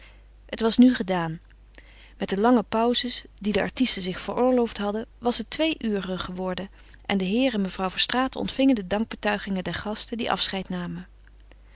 het was nu gedaan met de lange pauzes die de artisten zich veroorloofd hadden was het twee uren geworden en de heer en mevrouw verstraeten ontvingen de dankbetuigingen der gasten die afscheid namen